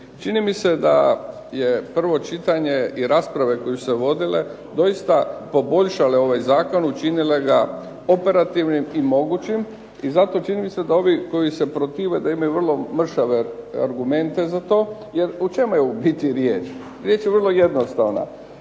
Čini mi se da je prvo čitanje i rasprave koje su se vodile doista poboljšale ovaj zakon, učinile ga operativnim i mogućim i zato čini mi se da ovi koji se protive da imaju vrlo mršave argumente za to. Jer o čemu je u biti riječ? Riječ je vrlo jednostavna.